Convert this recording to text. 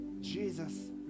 Jesus